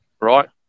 right